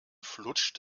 flutscht